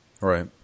right